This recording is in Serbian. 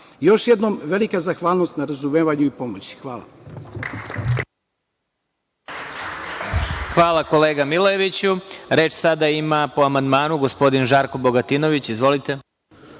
jednom, velika zahvalnost na razumevanju i pomoći. Hvala.